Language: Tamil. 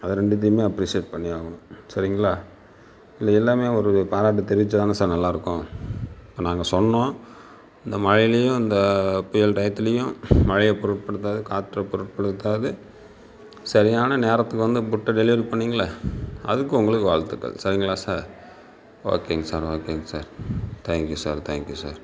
அதை ரெண்டுத்தையுமே அப்ரிஷியேட் பண்ணி ஆகணும் சரிங்களா இதில் எல்லாமே ஒரு வித பாராட்டு தெரிவிச்சால்தான சார் நல்லா இருக்கும் இப்போ நாங்கள் சொன்னோம் இந்த மழைலயும் இந்த புயல் டைத்துலையும் மழைய பொருட்படுத்தாத காற்ற பொருட்படுத்தாத சரியான நேரத்துக்கு வந்து ஃபுட்டை டெலிவரி பண்ணிங்கள்ல அதுக்கு உங்களுக்கு வாழ்த்துக்கள் சரிங்களா சார் ஓகேங்க சார் ஓகேங்க sir thank you sir thank you sir